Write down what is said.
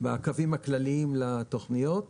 בקווים הכלליים לתוכניות.